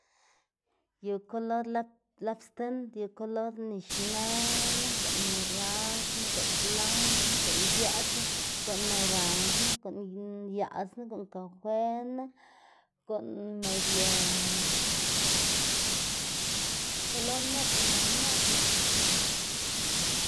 Yu kolor laps tind yu kolor nixnëna, guꞌn morandna, guꞌn blankna, guꞌn yëꞌtsna, guꞌn naranjna, guꞌn yaꞌsna, guꞌn kafena, guꞌn medio kolor nuta nanná.